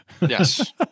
Yes